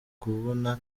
kubona